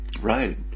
Right